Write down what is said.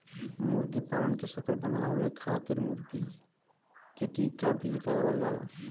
मुर्गीपालन के सफल बनावे खातिर मुर्गा मुर्गी के टीका भी लगावल जाला